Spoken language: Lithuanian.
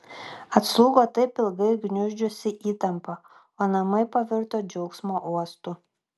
atslūgo taip ilgai gniuždžiusi įtampa o namai pavirto džiaugsmo uostu